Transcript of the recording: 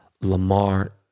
Lamar